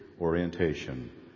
orientation